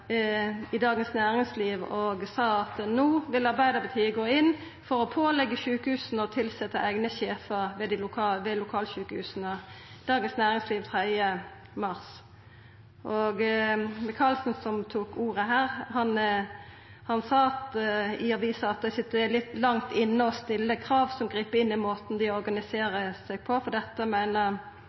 i Dagens Næringsliv, og sa at no ville dei gå inn for å påleggja sjukehusa å tilsetja eigne sjefar ved lokalsjukehusa – Dagens Næringsliv 3. mars. Micaelsen, som tok ordet her, sa til avisa at det sitter «litt langt inne å stille krav som griper inn i måten de organiserer seg på», for dette meiner